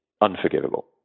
unforgivable